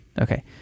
Okay